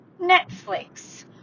Netflix